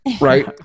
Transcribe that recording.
Right